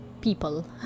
People